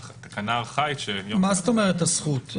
מה זאת אומרת הזכות?